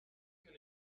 can